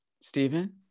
Stephen